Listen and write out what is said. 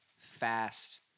fast